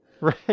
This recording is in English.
Right